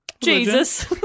Jesus